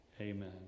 amen